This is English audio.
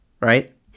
Right